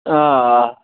آ آ